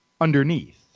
underneath